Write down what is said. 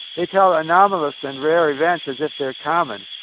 they tell anomalous and rare events as if they're common.